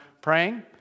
praying